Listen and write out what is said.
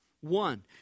One